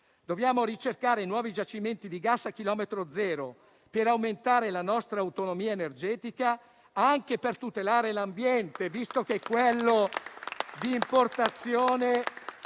Dobbiamo ricercare nuovi giacimenti di gas a chilometro zero per aumentare la nostra autonomia energetica, anche per tutelare l'ambiente, visto che con quello di importazione